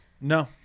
no